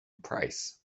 price